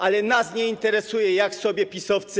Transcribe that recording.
Ale nas nie interesuje jak sobie radzą PiS-owcy.